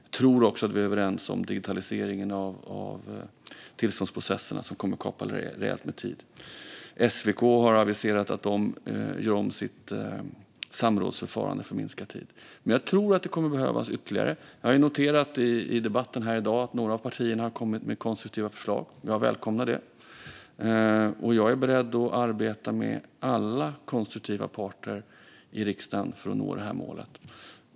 Jag tror också att vi är överens om digitaliseringen av tillståndsprocesserna, som kommer att kapa rejält med tid. Svenska kraftnät har aviserat att de gör om sitt samrådsförfarande för att minska tiderna. Jag tror dock att det kommer att behövas ytterligare insatser. Jag har noterat i debatten här i dag att några av partierna har kommit med konstruktiva förslag. Jag välkomnar det. Jag är beredd att arbeta med alla konstruktiva parter i riksdagen för att nå det här målet.